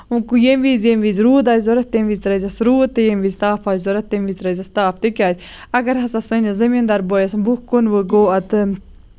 گوٚو ییٚمہِ وِزِ ییٚمہِ وِزِ روٗد آسہِ ضوٚرتھ تَمہِ وِزِ ترٲے زٮ۪س روٗد تہٕ ییٚمہِ وِزِ تاپھ آسہِ ضوٚرتھ تَمہِ وِزِ ترٲے زیس تاپھ تِکیازِ اَگر ہسا سٲنِس زٔمیٖن دار بٲیِس وُہ کُنوُہ گوٚو اَتین